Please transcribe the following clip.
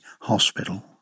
Hospital